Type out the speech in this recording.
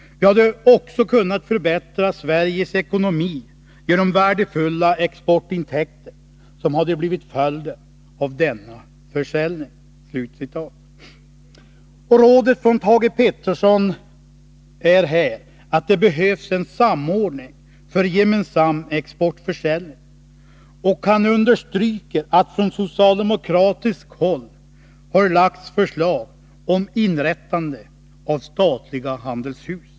Vi hade också kunnat förbättra Sveriges ekonomi genom värdefulla exportintäkter som hade blivit följden av denna försäljning.” Rådet från Thage Peterson är här att införa en samordning för gemensam exportförsäljning, och han understryker att från socialdemokratiskt håll har lagts förslag om inrättande av statliga handelshus.